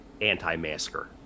anti-masker